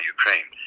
Ukraine